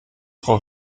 frau